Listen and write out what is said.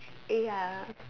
eh ya